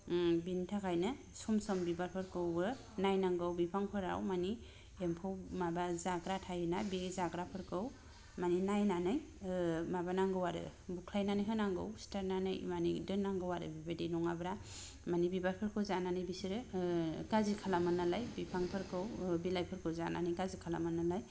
ओम बिनि थाखायनो सम सम बिबारफोरखौबो नायनांगौ बिफांफोराव माने एम्फौ माबा जाग्रा थायो ना बे जाग्राफोरखौ माने नायनानै ओ माबानांगौ आरो बुख्लायनानै होनांगौ सिथारनानै माने दोन्नांगौ आरो बेबायदि नङाब्ला माने बिबारफोरखौ जानानै बिसोरो ओ गाज्रि खालामो नालाय बिफांफोरखौ ओ बिलाइफोरखौ जानानै गाज्रि खालामो नालाय